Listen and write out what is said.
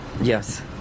Yes